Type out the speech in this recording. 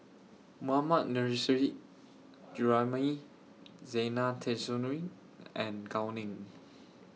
Mohammad Nurrasyid Juraimi Zena Tessensohn and Gao Ning